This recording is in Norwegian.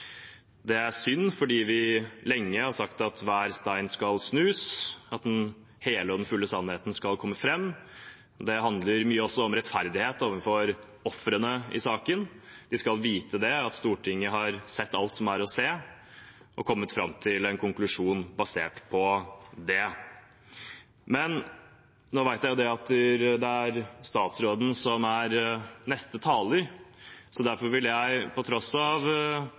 Det er synd fordi vi lenge har sagt at hver stein skal snus, at den hele og fulle sannheten skal komme fram. Det handler også mye om rettferdighet overfor ofrene i saken, at de skal vite at Stortinget har sett alt som er å se, og kommet fram til en konklusjon basert på det. Nå vet jeg at det er statsråden som er neste taler, og derfor vil jeg – på tross av